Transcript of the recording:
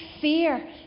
fear